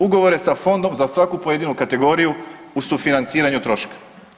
Ugovore sa fondom za svaku pojedinu kategoriju u sufinanciranju troška.